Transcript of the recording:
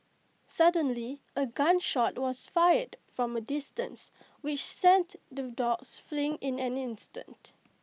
suddenly A gun shot was fired from A distance which sent the dogs fleeing in an instant